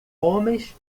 homens